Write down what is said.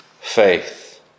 faith